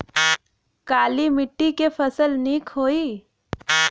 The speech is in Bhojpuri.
काली मिट्टी क फसल नीक होई?